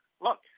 Look